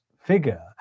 figure